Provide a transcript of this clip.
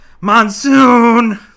Monsoon